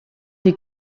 die